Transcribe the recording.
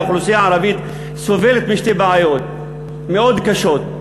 האוכלוסייה הערבית סובלת משתי בעיות מאוד קשות.